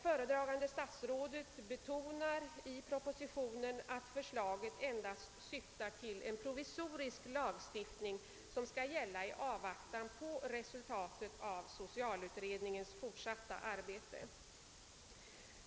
Föredragande statsråd betonar att förslaget endast syftar till en provisorisk lagstiftning som skall gälla i avvaktan på resultatet av socialutredningens fortsatta arbete.